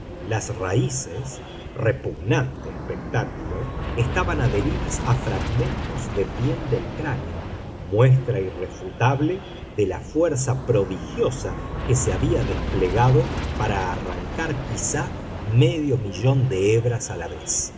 las raíces repugnante espectáculo estaban adheridas a fragmentos de piel del cráneo muestra irrefutable de la fuerza prodigiosa que se había desplegado para arrancar quizá medio millón de hebras a la vez